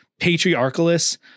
patriarchalists